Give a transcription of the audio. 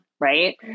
right